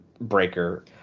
Breaker